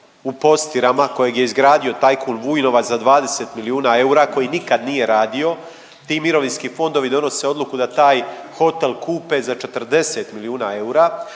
u Postirama, kojeg je izgradio tajkun Vujnovac za 20 milijuna eura, koji nikad nije radio, ti mirovinski fondovi donose odluku da taj hotel kupe za 40 milijuna eura.